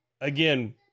again